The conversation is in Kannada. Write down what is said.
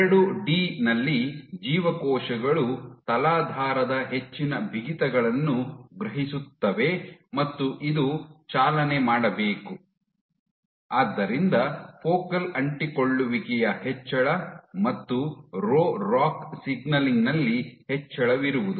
ಎರಡು ಡಿ 2 ಡಿ ನಲ್ಲಿ ಜೀವಕೋಶಗಳು ತಲಾಧಾರದ ಹೆಚ್ಚಿನ ಬಿಗಿತಗಳನ್ನು ಗ್ರಹಿಸುತ್ತವೆ ಮತ್ತು ಇದು ಚಾಲನೆ ಮಾಡಬೇಕು ಆದ್ದರಿಂದ ಫೋಕಲ್ ಅಂಟಿಕೊಳ್ಳುವಿಕೆಯ ಹೆಚ್ಚಳ ಮತ್ತು ರೋ ರಾಕ್ ಸಿಗ್ನಲಿಂಗ್ ನಲ್ಲಿ ಹೆಚ್ಚಳವಿರುವುದು